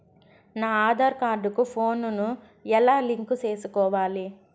నా ఆధార్ కార్డు కు ఫోను ను ఎలా లింకు సేసుకోవాలి?